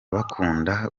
bakunda